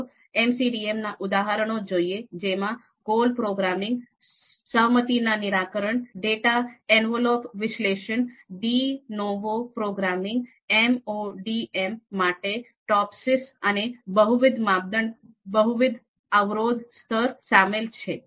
ચાલો એમઓડીએમ નાં ઉદાહરણો જોઈએ જેમાં ગોલ પ્રોગ્રામિંગ સહમતી ના નિરાકરણ ડેટા એન્વેલપ વિશ્લેષણ DE Novo પ્રોગ્રામિંગ એમઓડીએમ માટે ટોપિસ અને બહુવિધ માપદંડ બહુવિધ અવરોધ સ્તર શામેલ છે